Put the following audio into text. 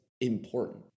important